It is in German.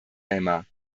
elmar